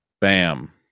Bam